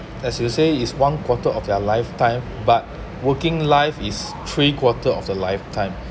as you say is one quarter of their lifetime but working life is three quarter of the lifetime